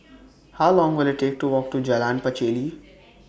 How Long Will IT Take to Walk to Jalan Pacheli